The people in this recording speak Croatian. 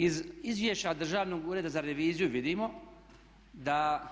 Iz izvješća Državnog ureda za reviziju vidimo da